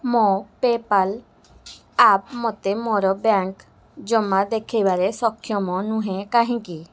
ମୋ PayPal app ମୋତେ ମୋର ବ୍ୟାଙ୍କ୍ ଜମା ଦେଖେଇବାରେ ସକ୍ଷମ ନୁହେଁ କାହିଁକି